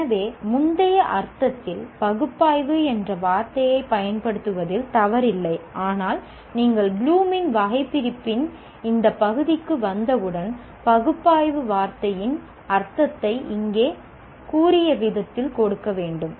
எனவே முந்தைய அர்த்தத்தில் பகுப்பாய்வு என்ற வார்த்தையைப் பயன்படுத்துவதில் தவறில்லை ஆனால் நீங்கள் ப்ளூமின் வகைபிரிப்பின் இந்த பகுதிக்கு வந்தவுடன் பகுப்பாய்வு வார்த்தையின் அர்த்தத்தை இங்கே கூறிய விதத்தில் கொடுக்கவேண்டும்